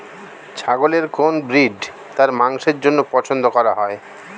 ছাগলের কোন ব্রিড তার মাংসের জন্য পছন্দ করা হয়?